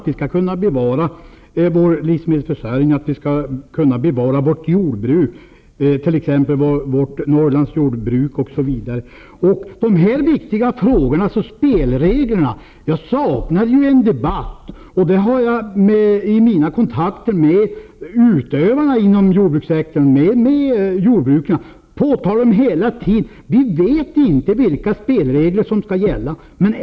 Vi skall kunna bevara vårt jordbruk, t.ex. Norrlandsjordbruket. Jag saknar en debatt om spelreglerna i dessa så viktiga frågor. I mina kontakter med jordbrukarna påtalar de detta hela tiden: De vet inte vilka spelregler som skall gälla.